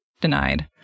denied